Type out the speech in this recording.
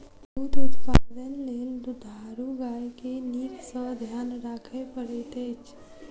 दूध उत्पादन लेल दुधारू गाय के नीक सॅ ध्यान राखय पड़ैत अछि